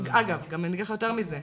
ויותר מזה,